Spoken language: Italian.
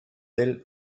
del